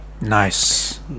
nice